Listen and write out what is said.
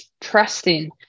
trusting